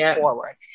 forward